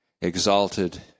exalted